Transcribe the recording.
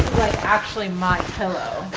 actually my pillow.